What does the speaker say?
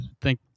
Thank